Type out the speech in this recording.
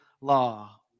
law